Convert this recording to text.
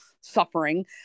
suffering